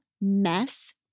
Mess